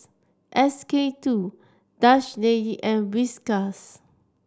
S K two Dutch Lady and Whiskas